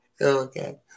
Okay